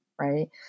right